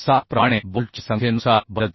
7 प्रमाणे बोल्टच्या संख्येनुसार बदलते